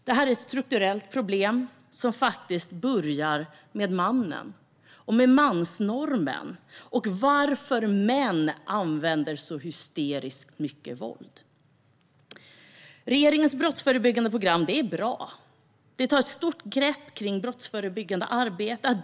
Det är ett strukturellt problem som faktiskt börjar med mannen, med mansnormen och med varför män använder så hysteriskt mycket våld. Regeringens brottsförebyggande program är bra som tar ett stort grepp kring det brottsförebyggande arbetet.